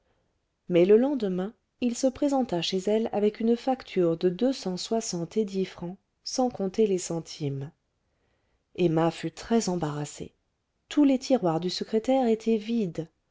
mais le lendemain il se présenta chez elle avec une facture de deux cent soixante et dix francs sans compter les centimes emma fut très embarrassée tous les tiroirs du secrétaire étaient vides